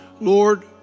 Lord